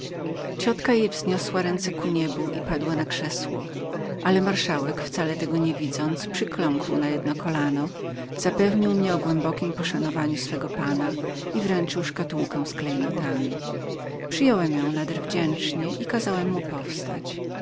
ciotka jej wzniosła ręce ku niebu i padła na krzesło ale marszałek wcale tego nie widząc przykląkł na jedno kolano zapewnił mnie o głębokiem poszanowaniu swego pana i wręczył pudełko z klejnotami przyjąłem je nader wdzięcznie i kazałem mu powstać